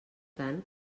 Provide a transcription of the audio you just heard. tant